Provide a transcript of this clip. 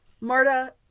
Marta